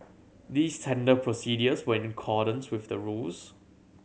these tender procedures were in accordance with the rules